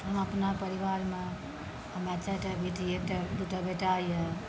हम अपना परिवारमे हमरा चारि टा बेटी दू टा बेटा यऽ